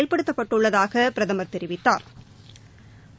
செயல்படுத்தப்பட்டுள்ளதாக பிரதமா் தெரிவித்தாா்